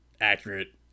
accurate